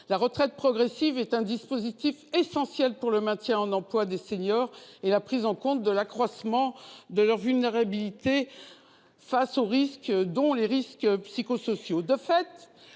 La retraite progressive est un dispositif essentiel pour le maintien en emploi des seniors et la prise en compte de l'accroissement de leur vulnérabilité face aux risques psychosociaux en